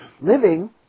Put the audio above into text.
living